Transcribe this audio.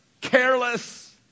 Careless